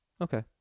Okay